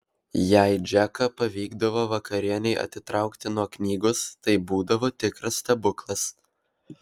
jei džeką pavykdavo vakarienei atitraukti nuo knygos tai būdavo tikras stebuklas